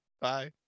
Bye